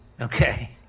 okay